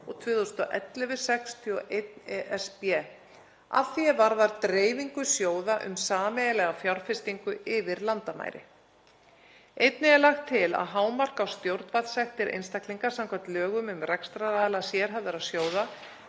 og 2011/61/ESB að því er varðar dreifingu sjóða um sameiginlega fjárfestingu yfir landamæri. Einnig er lagt til að hámark á stjórnvaldssektir einstaklinga samkvæmt lögum um rekstraraðila sérhæfðra sjóða,